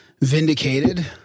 vindicated